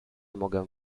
mogę